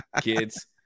kids